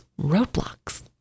roadblocks